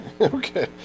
Okay